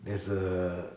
there's a